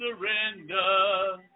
surrender